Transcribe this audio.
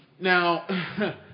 Now